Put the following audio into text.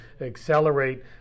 accelerate